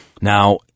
Now